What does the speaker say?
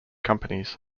companies